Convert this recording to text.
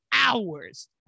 hours